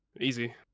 easy